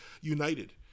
united